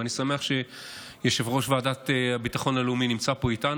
ואני שמח שיושב-ראש ועדת הביטחון הלאומי נמצא פה איתנו.